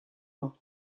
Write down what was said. mañ